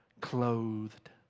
clothed